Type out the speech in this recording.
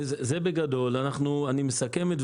אני מסכם.